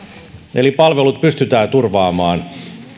eli palvelut pystytään turvaamaan